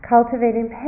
Cultivating